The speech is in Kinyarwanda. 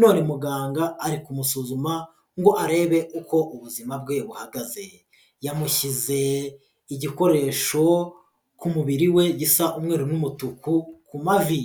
none muganga ari kumusuzuma ngo arebe uko ubuzima bwe buhagaze, yamushyize igikoresho ku mubiri we gisa umweru n'umutuku ku mavi.